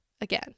again